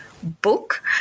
book